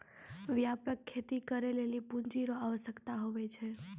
व्यापक खेती करै लेली पूँजी रो आवश्यकता हुवै छै